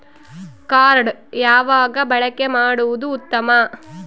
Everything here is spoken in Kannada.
ಕಾರ್ಡ್ ಯಾವಾಗ ಬಳಕೆ ಮಾಡುವುದು ಉತ್ತಮ?